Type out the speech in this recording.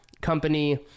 company